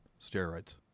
Steroids